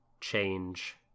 change